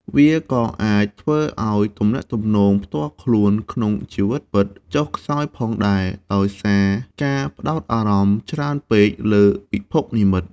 វាក៏អាចធ្វើឲ្យ ទំនាក់ទំនងផ្ទាល់ខ្លួនក្នុងជីវិតពិត ចុះខ្សោយផងដែរ ដោយសារការផ្តោតអារម្មណ៍ច្រើនពេកលើពិភពនិម្មិត។